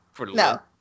No